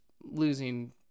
losing